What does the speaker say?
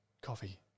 coffee